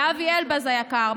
לאבי אלבז היקר,